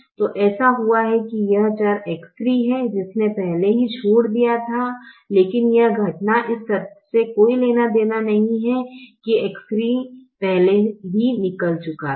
तो ऐसा हुआ कि यह चर X3 है जिसने पहले ही छोड़ दिया था लेकिन यह घटना का इस तथ्य से कोई लेना देना नहीं है कि X3 पहले ही निकल चुका था